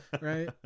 right